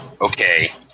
Okay